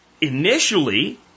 initially